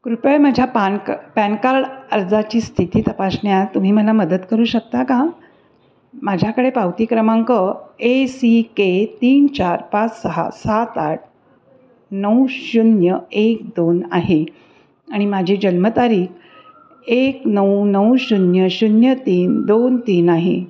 कृपया माझ्या पान का पॅन कार्ड अर्जाची स्थिती तपासण्यात तुम्ही मला मदत करू शकता का माझ्याकडे पावती क्रमांक ए सी के तीन चार पाच सहा सात आठ नऊ शून्य एक दोन आहे आणि माझी जन्मतारीख एक नऊ नऊ शून्य शून्य तीन दोन तीन आहे